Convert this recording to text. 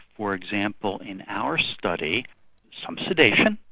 for example, in our study some sedation,